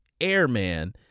Airman